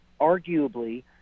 arguably